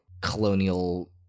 colonial